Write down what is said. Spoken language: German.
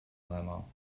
weimar